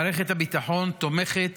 מערכת הביטחון תומכת